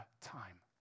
time